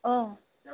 অঁ